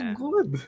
good